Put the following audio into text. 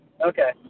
Okay